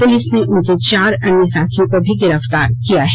police ने उनके चार अन्य साथियों को भी गिरफतार किया है